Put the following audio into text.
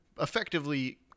effectively